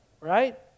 right